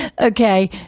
Okay